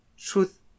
Truth